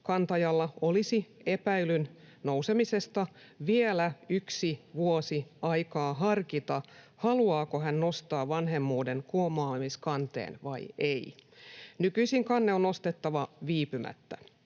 kantajalla olisi epäilyn nousemisesta vielä yksi vuosi aikaa harkita, haluaako hän nostaa vanhemmuuden kumoamiskanteen vai ei. Nykyisin kanne on nostettava viipymättä.